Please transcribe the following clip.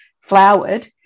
flowered